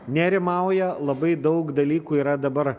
nerimauja labai daug dalykų yra dabar